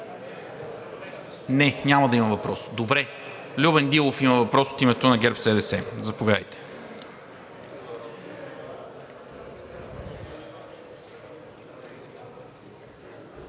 Не, няма да има въпрос. Любен Дилов има въпрос от името на ГЕРБ-СДС. Заповядайте.